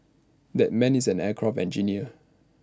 that man is an aircraft engineer